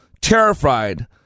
Terrified